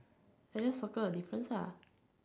I just circle the difference ah